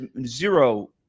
zero